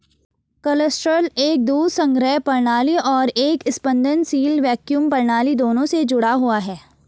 cluster एक दूध संग्रह प्रणाली और एक स्पंदनशील वैक्यूम प्रणाली दोनों से जुड़ा हुआ है